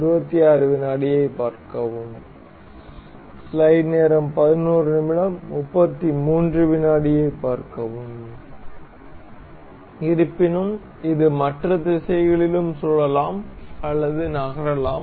இருப்பினும் இது மற்ற திசைகளிலும் சுழலலாம் அல்லது நகரலாம்